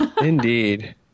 Indeed